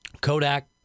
Kodak